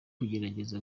kugerageza